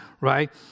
right